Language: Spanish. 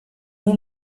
muy